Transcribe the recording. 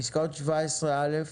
פה אחד ההצעה אושרה פסקאות 17 א'